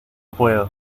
puedo